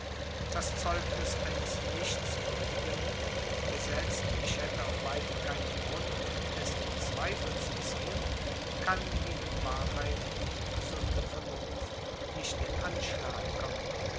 das zeugnis eines nichtswürdigen gesetzt ich hätte auch weiter keinen grund es in zweifel zu ziehen kann gegen wahrheit und gesunde vernunft nicht in anschlag kommen